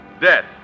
Death